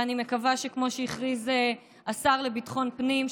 ואני מקווה שכמו שהכריז השר לביטחון הפנים,